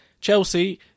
Chelsea